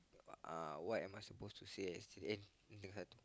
uh what am I supposed to say yesterday it hurt